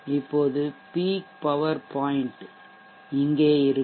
இப்போது peak power point இங்கே இருக்கும்